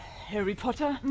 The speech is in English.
harry potter.